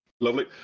Lovely